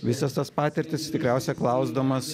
visas tas patirtis tikriausia klausdamas